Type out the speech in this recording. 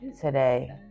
today